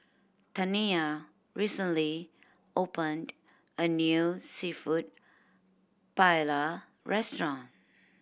Taniya recently opened a new Seafood Paella Restaurant